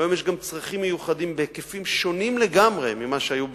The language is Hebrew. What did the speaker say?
והיום יש גם צרכים מיוחדים בהיקפים שונים לגמרי מאלה שהיו בעבר,